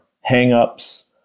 hang-ups